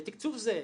לתקצוב זהה.